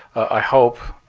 i hope